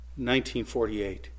1948